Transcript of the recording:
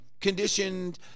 conditioned